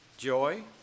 joy